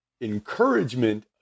encouragement